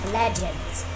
legends